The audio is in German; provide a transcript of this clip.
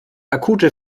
akute